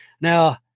Now